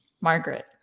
Margaret